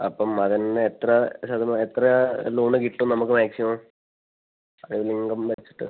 അപ്പം അതിനെത്ര ശതമാനം എത്ര ലോൺ കിട്ടും നമുക്ക് മാക്സിമം ആനുവൽ ഇൻകം വെച്ചിട്ട്